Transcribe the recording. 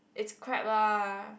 it's crap lah